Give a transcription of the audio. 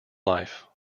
life